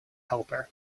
helper